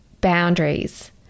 boundaries